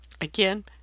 Again